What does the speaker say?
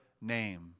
name